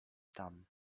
tam